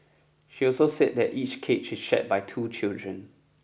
she also said that each cage is shared by two children